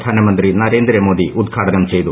പ്രധാനമന്ത്രി നരേന്ദ്രമോദി ഉദ്ഘാടനം ചെയ്തു